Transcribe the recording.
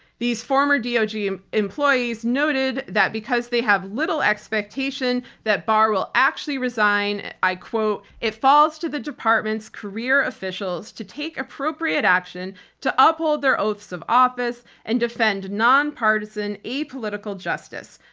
these former doj yeah and employees noted that because they have little expectation that barr will actually resign, i quote, it falls to the department's career officials to take appropriate action to uphold their oaths of office and defend non-partisan apolitical justice.